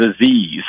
disease